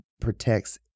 protects